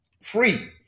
free